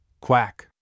Quack